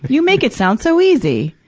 you make it sound so easy.